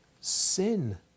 Sin